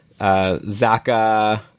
Zaka